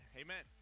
amen